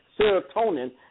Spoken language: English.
serotonin